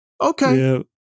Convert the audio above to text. Okay